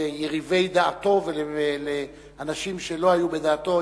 ליריבי דעתו ולאנשים שלא היו בדעתו,